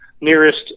nearest